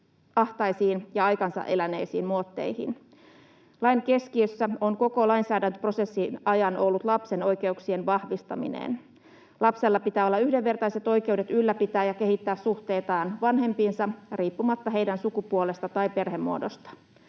ahtaisiin ja aikansa eläneisiin muotteihin. Lain keskiössä on koko lainsäädäntöprosessin ajan ollut lapsen oikeuksien vahvistaminen. Lapsella pitää olla yhdenvertaiset oikeudet ylläpitää ja kehittää suhteitaan van-hempiinsa riippumatta näiden sukupuolesta tai perhemuodosta.